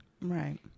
Right